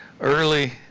early